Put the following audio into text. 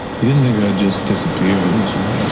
you didn't think i'd just disappear did you?